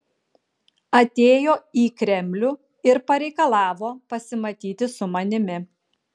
atėjo į kremlių ir pareikalavo pasimatyti su manimi